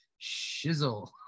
shizzle